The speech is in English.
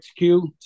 XQ